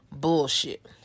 Bullshit